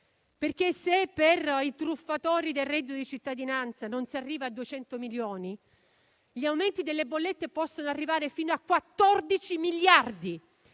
se per i truffatori del reddito di cittadinanza non si arriva a 200 milioni, gli aumenti delle bollette possono arrivare fino a 14 miliardi.